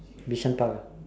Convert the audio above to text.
Bishan park